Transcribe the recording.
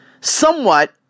Somewhat